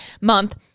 month